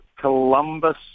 Columbus